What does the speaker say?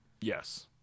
Yes